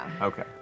Okay